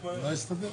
מה יסתדר?